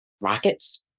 rockets